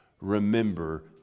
Remember